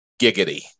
giggity